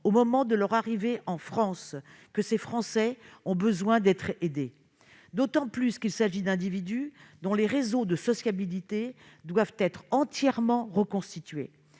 au moment de leur arrivée en France que ces Français ont besoin d'être aidés, d'autant qu'il s'agit d'individus dont les réseaux de sociabilité doivent être entièrement reconstitués.